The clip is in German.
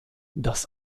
das